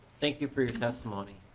thank you for your testimony.